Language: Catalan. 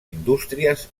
indústries